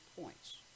points